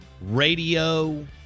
Radio